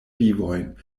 vivojn